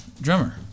drummer